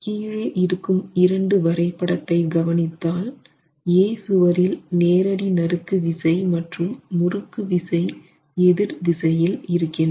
கீழே இருக்கும் இரண்டு வரைபடத்தை கவனித்தால் A சுவரில் நேரடி நறுக்கு விசை மற்றும் முறுக்கு விசை எதிர் திசையில் இருக்கின்றன